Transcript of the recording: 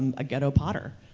um a ghetto potter,